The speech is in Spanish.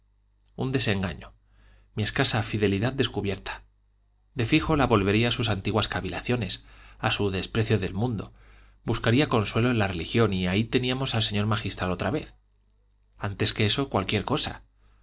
un desengaño mi escasa fidelidad descubierta de fijo la volvería a sus antiguas cavilaciones a su desprecio del mundo buscaría consuelo en la religión y ahí teníamos al señor magistral otra vez antes que eso cualquiera cosa